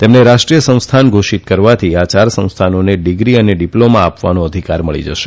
તેમને રાષ્ટ્રીય સંસ્થાન ઘોષીત કરવાથી આ યાર સંસ્થાનોને ડિગ્રી ને ડિપ્લોમા આપવાનો ધિકાર મળી જશે